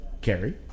Carrie